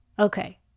Okay